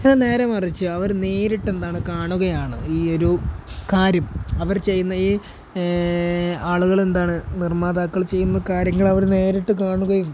നേരെ മറിച്ച് അവർ നേരിട്ടെന്താണ് കാണുകയാണ് ഈ ഒരു കാര്യം അവർ ചെയ്യുന്ന ഈ ആളുകളെന്താണ് നിർമ്മാതാക്കൾ ചെയ്യുന്ന കാര്യങ്ങൾ അവർ നേരിട്ട് കാണുകയും